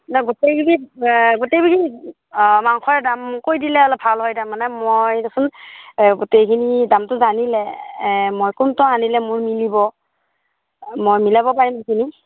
নহয় গোটেইখিনিত গোটেইখিনিত মাংসৰ দাম কৈ দিলে অলপ ভাল হয় তাৰমানে মই দেচোন গোটেইখিনিৰ দামটো জানিলে মই কোনটো আনিলে মোৰ মিলিব মই মিলাব পাৰিম সেইখিনি